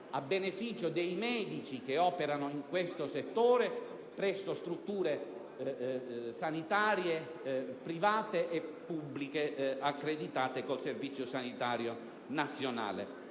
a beneficio dei medici che operano in questo settore presso strutture sanitarie private e pubbliche accreditate con il Servizio sanitario nazionale;